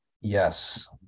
Yes